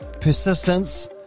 persistence